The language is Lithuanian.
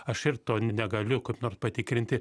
aš ir to negaliu kaip nors patikrinti